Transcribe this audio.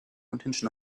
intention